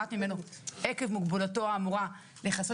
שנמנעת ממנו עקב מוגבלותו האמורה וכו',